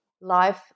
life